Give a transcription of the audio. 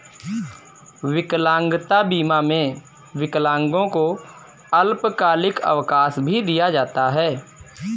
विकलांगता बीमा में विकलांगों को अल्पकालिक अवकाश भी दिया जाता है